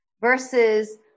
versus